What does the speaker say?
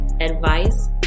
advice